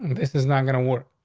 this is not gonna work.